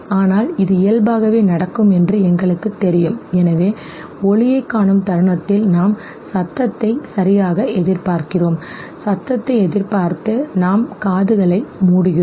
ஆனால் இது இயல்பாகவே நடக்கும் என்று எங்களுக்குத் தெரியும் எனவே ஒளியைக் காணும் தருணத்தில் நாம் ஒலியை சத்தம் சரியாக எதிர்பார்க்கிறோம் ஒலியை எதிர்பார்த்து நாம் காதுகளை மூடுகிறோம்